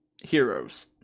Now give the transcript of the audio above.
heroes